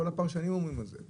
כל הפרשנים אומרים את זה.